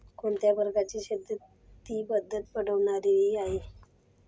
कोणत्या प्रकारची शेती पद्धत परवडणारी आहे?